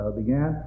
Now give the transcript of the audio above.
began